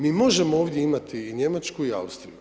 Mi možemo ovdje imati i Njemačku i Austriju.